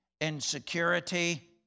insecurity